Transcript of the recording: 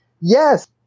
Yes